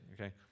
okay